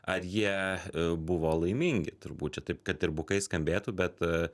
ar jie buvo laimingi turbūt čia taip kad ir bukai skambėtų bet